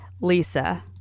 lisa